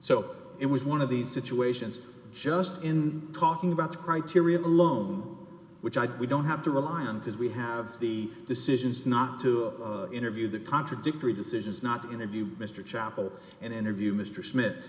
so it was one of these situations just in talking about the criteria alone which i we don't have to rely on because we have the decisions not to interview the contradictory decisions not to interview mr chapel and interview mr s